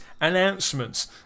announcements